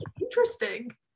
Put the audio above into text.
interesting